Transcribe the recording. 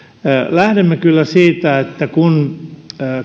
lähdemme kyllä siitä että kun